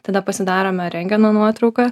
tada pasidarome rentgeno nuotrauką